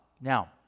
Now